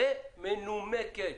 ומנומקת,